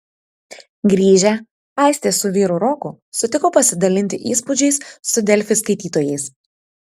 grįžę aistė su vyru roku sutiko pasidalinti įspūdžiais su delfi skaitytojais